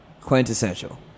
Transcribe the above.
Quintessential